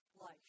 life